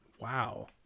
wow